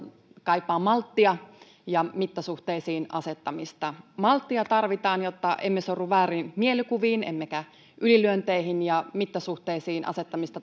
kaipaa malttia ja mittasuhteisiin asettamista malttia tarvitaan jotta emme sorru vääriin mielikuviin emmekä ylilyönteihin ja mittasuhteisiin asettamista